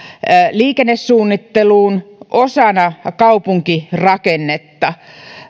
liikennesuunnitteluun osana kaupunkirakennetta